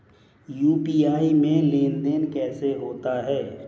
UPI में लेनदेन कैसे होता है?